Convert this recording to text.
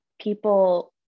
people